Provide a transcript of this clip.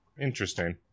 Interesting